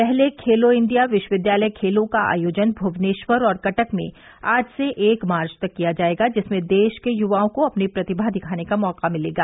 पहले खेलो इंडिया विश्वविद्यालय खेलों का आयोजन भुवनेश्वर और कटक में आज से एक मार्च तक किया जाएगा जिसमें देश के युवाओं को अपनी प्रतिभा दिखाने का मौका मिलेगा